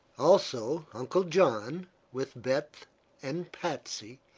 also uncle john, with beth and patsy,